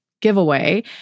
giveaway